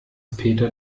peter